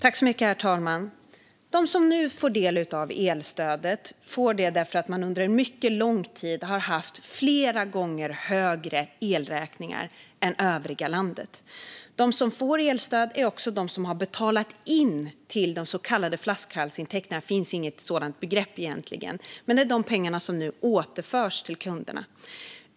Herr talman! De som nu får del av elstödet får det därför att de under mycket lång tid har haft flera gånger högre elräkningar än man har haft i övriga landet. De som får elstöd är också de som har betalat in till de så kallade flaskhalsintäkterna - det finns egentligen inget sådant begrepp. De pengarna återförs nu till kunderna.